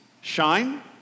shine